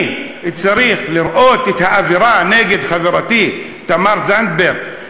אני צריך לראות את האווירה נגד חברתי תמר זנדברג,